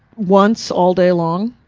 once all day long,